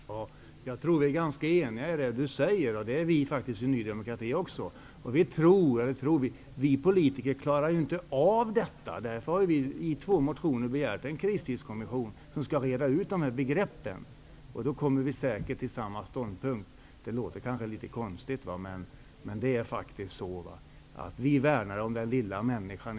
Herr talman! Jag tror att vi är ganska eniga -- även vi i Ny demokrati. Vi politiker klarar inte av detta. Därför har vi i Ny demokrati i två motioner yrkat att en kristidskommission skall inrättas. Den skall få till uppgift att reda ut begreppen. Då kommer vi alla säkert fram till samma ståndpunkt. Det här låter kanske litet konstigt. Men vi i Ny demokrati värnar i högsta grad om den lilla människan.